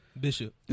Bishop